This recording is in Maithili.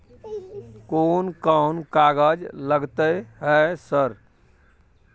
कोन कौन कागज लगतै है सर?